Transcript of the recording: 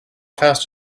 fast